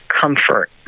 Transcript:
comfort